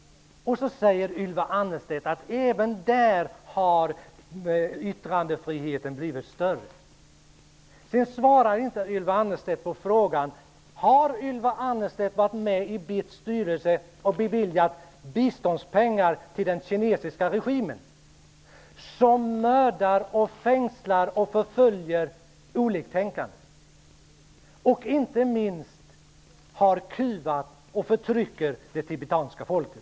Ylva Annerstedt säger att yttrandefriheten även där har blivit större. Ylva Annerstedt svarar inte på frågan: Har Ylva Annerstedt varit med i BIT:s styrelse och beviljat biståndspengar till den kinesiska regimen, som mördar, fängslar och förföljer oliktänkande? Inte minst har man kuvat och förtryckt det tibetanska folket.